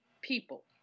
people